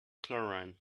chlorine